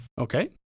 Okay